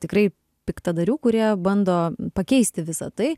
tikrai piktadarių kurie bando pakeisti visą tai